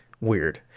Weird